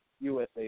USA